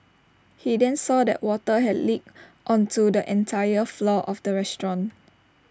he then saw that water had leaked onto the entire floor of the restaurant